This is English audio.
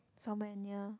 somewhere near